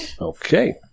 Okay